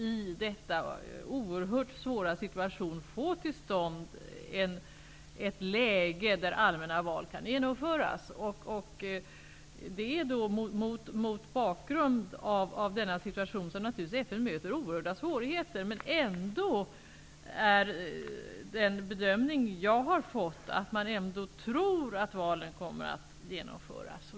I denna oerhört svåra situation görs försök att nå ett läge där allmänna val kan genomföras. FN möter naturligtvis stora svårigheter. Den bedömning jag har fått är ändå att man tror att valen kommer att genomföras.